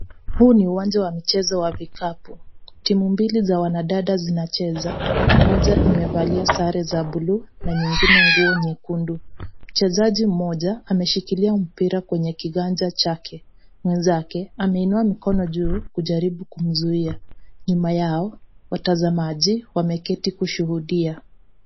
Huu ni uwanja wa michezo wa vikapu. Timu mbili za wanadada zinacheza, moja imevalia sare za buluu na nyingine nguo nyekundu. Mchezaji mmoja ameshikilia mpira kwenye kiganja chake. Mwenzake ameinua mikono juu kujaribu kumzuia. Nyuma yao, watazamaji wameketi kushuhudia.